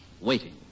Waiting